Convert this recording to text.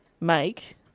make